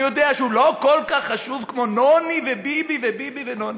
אני יודע שהוא לא כל כך חשוב כמו נוני וביבי וביבי ונוני.